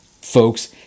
folks